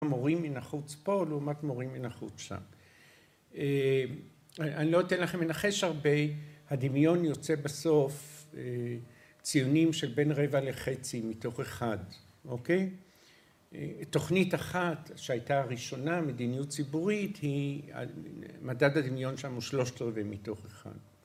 מורים מן החוץ פה, לעומת מורים מן החוץ שם. אני לא אתן לכם לנחש הרבה, הדמיון יוצא בסוף ציונים של בין רבע לחצי מתוך אחד, אוקיי? תוכנית אחת שהייתה הראשונה, מדיניות ציבורית, היא... מדד הדמיון שם הוא שלושת רבעי מתוך אחד.